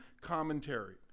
commentary